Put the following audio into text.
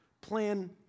plan